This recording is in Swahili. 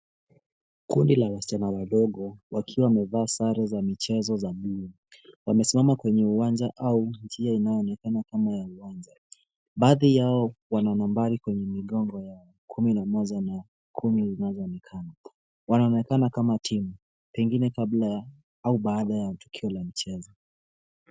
Kundi la wasichana warembo, wakiwa wamevaa sare za michezo za buluu. Wamesimama kwenye uwanja au kwa njia inayoonekana kama ya uwanja. Baadhi yao wana nambari kwenye migongo yao, kumi na moja na kumi na nane. Wanaonekana kama timu pengine kabla ya au baada ya tukio la mchezo.